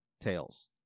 tails